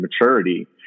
maturity